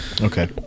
Okay